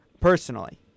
personally